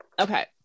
Okay